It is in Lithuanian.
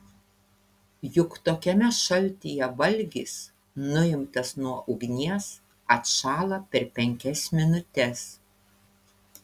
juk tokiame šaltyje valgis nuimtas nuo ugnies atšąla per penkias minutes